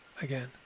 again